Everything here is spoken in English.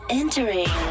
entering